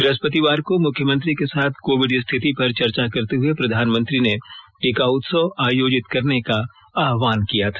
ब्रहस्पतिवार को मुख्यमंत्रियों के साथ कोविड स्थिति पर चर्चा करते हुए प्रधानमंत्री ने टीका उत्सव आयोजित करने का आह्वान किया था